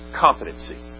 competency